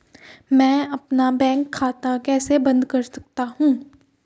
मैं अपना बैंक खाता कैसे बंद कर सकता हूँ?